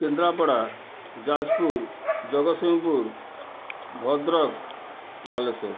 Kendrapara Jajpur Jagatsinghpur Bhadrak Balasore